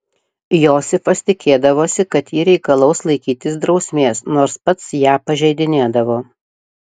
josifas tikėdavosi kad ji reikalaus laikytis drausmės nors pats ją pažeidinėdavo